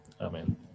amen